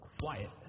quiet